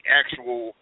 actual